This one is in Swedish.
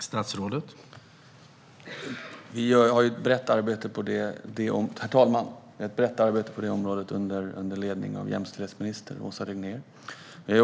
Herr talman! Vi har ett brett arbete på det området, under ledning av jämställdhetsminister Åsa Regnér.